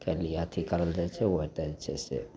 के लिए अथी करल जाइ छै ओ ओतए छै से